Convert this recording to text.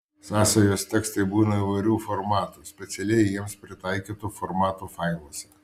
sąsajos tekstai būna įvairių formatų specialiai jiems pritaikytų formatų failuose